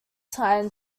time